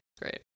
Great